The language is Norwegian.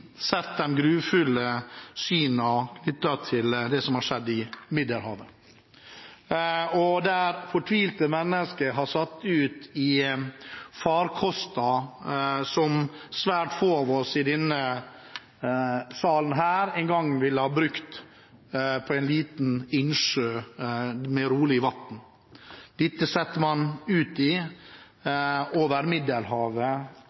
sett de grufulle bildene knyttet til det som har skjedd i Middelhavet, der fortvilte mennesker har satt ut i farkoster som svært få av oss i denne salen ville ha brukt, ikke engang på en liten innsjø med rolig vann. Disse setter man ut i over Middelhavet